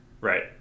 Right